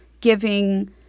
giving